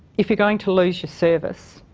if you're going to lose your service,